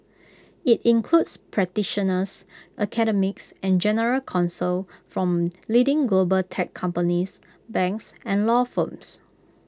IT includes practitioners academics and general counsel from leading global tech companies banks and law firms